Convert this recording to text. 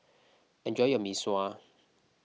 enjoy your Mee Sua